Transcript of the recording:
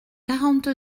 quarante